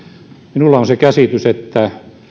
minulla on se käsitys että